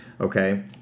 okay